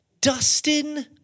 Dustin